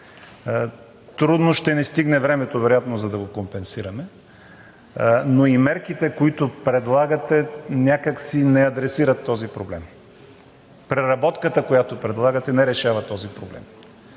Трудно ще ни стигне времето, вероятно, за да го компенсираме, но и мерките, които предлагате, някак си не адресират този проблем. Преработката, която предлагате, не решава този проблем.